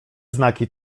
znaki